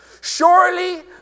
Surely